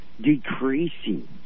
decreasing